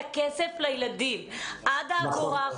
שר החינוך אמר שצריך להחזיר את הכסף לילדים עד האגורה האחרונה.